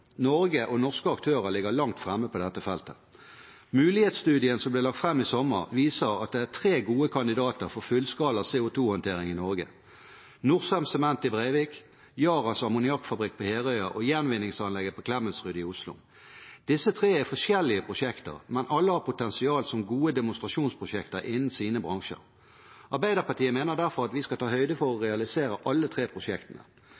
Norge og norske aktører ligger langt fremme på dette feltet. Mulighetsstudien som ble lagt fram i sommer, viser at det er tre gode kandidater for fullskala CO 2 -håndtering i Norge: Norcem i Brevik, Yaras ammoniakkfabrikk på Herøya og gjenvinningsanlegget på Klemetsrud i Oslo. Disse tre er forskjellige prosjekter, men alle har potensial som gode demonstrasjonsprosjekter innen sine bransjer. Arbeiderpartiet mener derfor at vi skal ta høyde for å realisere alle tre prosjektene.